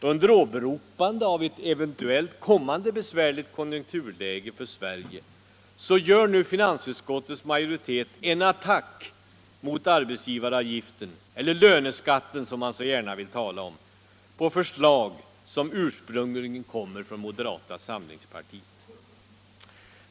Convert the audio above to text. Under åberopande av ett eventuellt kommande besvärligt konjunkturläge för Sverige gör nu finansutskottets majoritet en attack mot arbetsgivaravgiften — eller löneskatten som man så gärna talar om — på förslag som ursprungligen kommer från moderata samlingspartiet.